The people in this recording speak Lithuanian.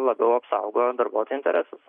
labiau apsaugo darbuotojų interesus